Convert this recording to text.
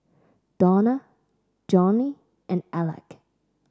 Dawna Johney and Alec